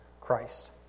Christ